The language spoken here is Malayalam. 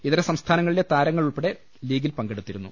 ഇതര സംസ്ഥാനങ്ങളിലെ താരങ്ങൾ ഉൾപ്പടെ ലീഗിൽ പങ്കെടുത്തിരുന്നു